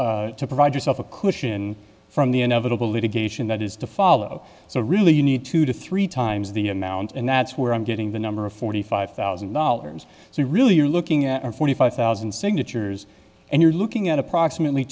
prevent to provide yourself a cushion from the inevitable litigation that is to follow so really you need two to three times the amount and that's where i'm getting the number of forty five thousand dollars so really you're looking at forty five thousand signatures and you're looking at approximately